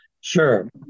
Sure